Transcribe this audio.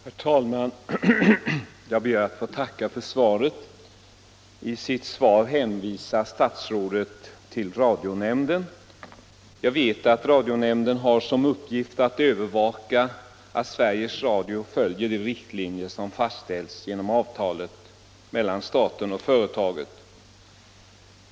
Herr talman! Jag ber att få tacka för svaret på min interpellation. Statsrådet hänvisar i sitt svar till radionämnden. Jag vet att radionämnden har som uppgift att bevaka att Sveriges Radio följer de riktlinjer som fastställts genom avtalet mellan staten och företaget.